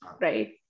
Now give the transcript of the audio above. right